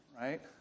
right